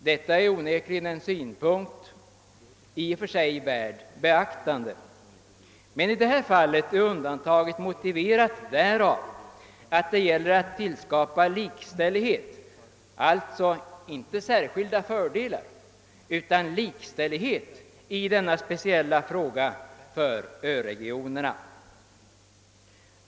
Detta är onekligen en synpunkt, i och för sig värd beaktande, men i det här fallet är undantaget motiverat därav, att det gäller att tillskapa likställighet, alltså inte särskilda fördelar, utan likställighet i denna för öregionerna speciella fråga.